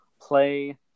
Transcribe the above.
play